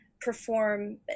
perform